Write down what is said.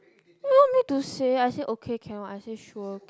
what you want me to say I say okay can what I say sure